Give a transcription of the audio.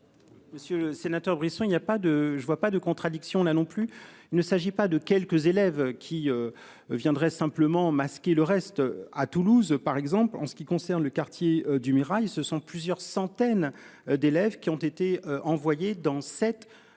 Monsieur le sénateur Brisson. Il n'y a pas de, je ne vois pas de contradiction là non plus il ne s'agit pas de quelques élèves qui. Viendraient simplement masqué le reste à Toulouse par exemple en ce qui concerne le quartier du Mirail, ce sont plusieurs centaines d'élèves qui ont été envoyées dans 7.